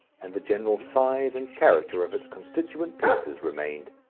and the general size and character of its constituent pieces remained.